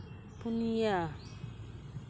ᱯᱩᱱᱤᱭᱟ